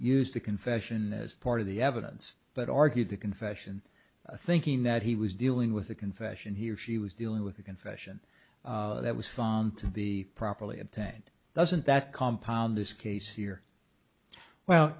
used the confession as part of the evidence but argued the confession thinking that he was dealing with a confession he or she was dealing with a confession that was found to be properly obtained doesn't that compound this case here